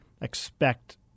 expect